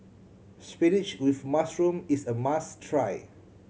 spinach with mushroom is a must try